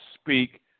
speak